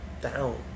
down